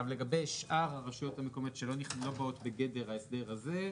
לגבי שאר הרשויות המקומיות שלא באות בגדר ההסדר הזה?